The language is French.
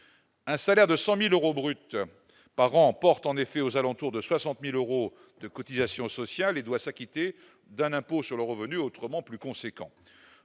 un salaire de 100000 euros brut par an, porte en effet aux alentours de 60000 euros de cotisations sociales et doit s'acquitter d'un impôt sur le revenu, autrement plus conséquents